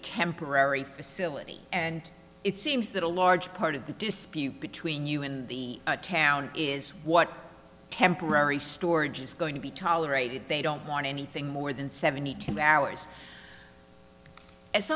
temporary facility and it seems that a large part of the dispute between you and the town is what temporary storage is going to be tolerated they don't want anything more than seventy two hours as